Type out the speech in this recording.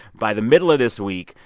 by the middle of this week,